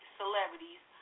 celebrities